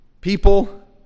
People